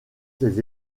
ses